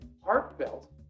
heartfelt